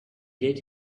get